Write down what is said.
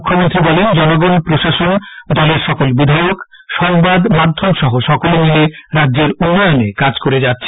মুখ্যমন্ত্রী বলেন জনগণ প্রশাসন দলের সকল বিধায়ক সংবাদ মাধ্যম সহ সকলে মিলে রাজ্যের উন্নয়নে কাজ করে যাচ্ছে